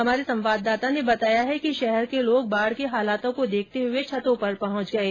हमारे संवाददाता ने बताया कि शहर के लोग बाढ़ के हालात को देखते हुए छतों पर पहुंच गए है